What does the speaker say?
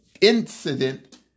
incident